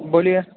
બોલીએ